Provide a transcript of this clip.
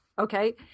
Okay